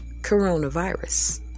coronavirus